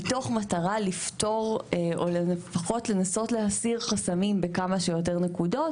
מתוך מטרה לפתור או לפחות לנסות להסיר חסמים בכמה שיותר נקודות.